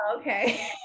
Okay